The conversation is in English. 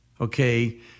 okay